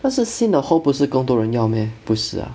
那些新的 hall 不是更多人要 meh 不是啊